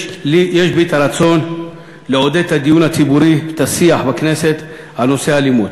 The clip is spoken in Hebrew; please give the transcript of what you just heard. יש בי רצון לעודד את הדיון הציבורי ואת השיח בכנסת על נושא האלימות.